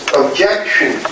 objection